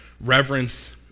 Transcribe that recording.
reverence